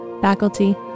faculty